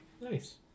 Nice